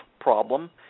problem